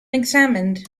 examined